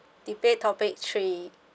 debate topic three